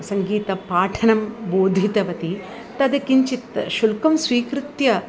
सङ्गीतपाठनं बोधितवती तद् किञ्चित् शुल्कं स्वीकृत्य